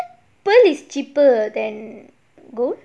is it pearl is cheaper than gold